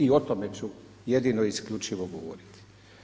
I o tome ću jedino i isključivo govoriti.